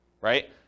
right